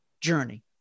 journey